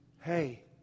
hey